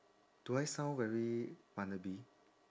do I sound very wanna be